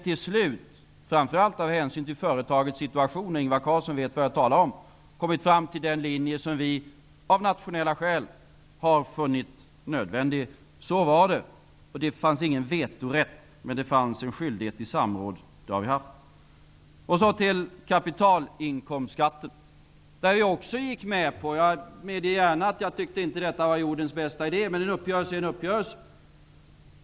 Till slut har vi, framför allt av hänsyn till företagets situation -- Ingvar Carlsson vet vad jag talar om --, kommit fram till den linje som vi av nationella skäl har funnit nödvändig. Så var det. Det fanns ingen vetorätt, men det fanns en skyldighet till samråd, och det har vi haft. När det gäller kapitalinkomstskatten gick vi också med på att höja den till 30 %. Jag medger gärna att jag inte tyckte att detta var jordens bästa idé, men en uppgörelse är en uppgörelse.